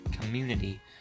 community